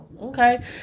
okay